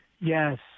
yes